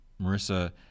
Marissa